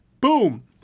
boom